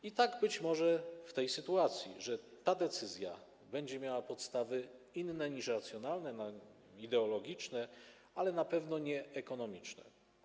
I tak może być w tej sytuacji, że ta decyzja będzie miała podstawy inne niż racjonalne, ideologiczne, ale na pewno nie ekonomiczne.